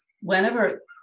whenever